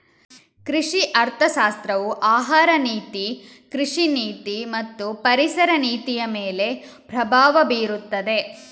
ಕೃಷಿ ಅರ್ಥಶಾಸ್ತ್ರವು ಆಹಾರ ನೀತಿ, ಕೃಷಿ ನೀತಿ ಮತ್ತು ಪರಿಸರ ನೀತಿಯಮೇಲೆ ಪ್ರಭಾವ ಬೀರುತ್ತದೆ